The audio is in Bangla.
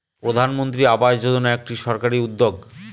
প্রধানমন্ত্রী আবাস যোজনা একটি সরকারি উদ্যোগ